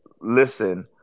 listen